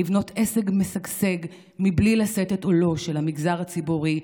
לבנות עסק משגשג בלי לשאת את עולו של המגזר הציבורי,